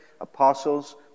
apostles